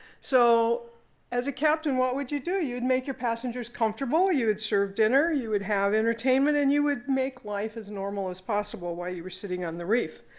so as a captain, what would you do? you'd make your passengers comfortable. you would serve dinner. you would have entertainment. and you would make life as normal as possible while you were sitting on the reef.